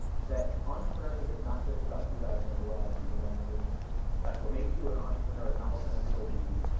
that entrepreneurship is not just about two guys in a garage eating ramen noodles. in fact, what makes you an entrepreneur is not what kind of noodles you eat,